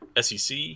SEC